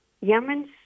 Yemen's